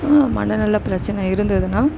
மனநல பிரச்சனை இருந்ததுன்னா